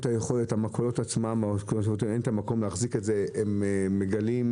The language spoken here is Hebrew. למכולות אין מקום להחזיק את זה ומגלות